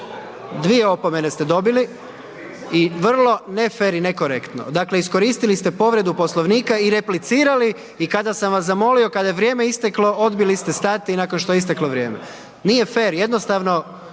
Dvije opomene ste dobili i vrlo ne fer i ne korektno, dakle iskoristili ste povredu Poslovnika i replicirali i kada sam vas zamolio, kada je vrijeme isteklo, odbili ste stati nakon što je isteklo vrijeme, nije fer jednostavno,